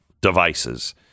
devices